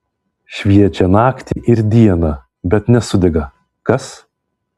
šviečią naktį ir dieną bet nesudega kas